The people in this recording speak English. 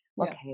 Okay